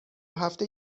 هفته